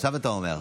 עכשיו אתה אומר.